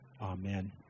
Amen